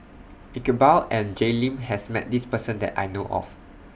Iqbal and Jay Lim has Met This Person that I know of